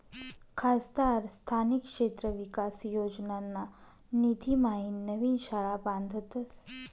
खासदार स्थानिक क्षेत्र विकास योजनाना निधीम्हाईन नवीन शाळा बांधतस